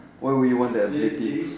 why will you want that ability